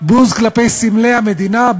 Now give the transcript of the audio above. בוז כלפי סמלי המדינה,